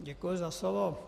Děkuji za slovo.